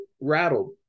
rattled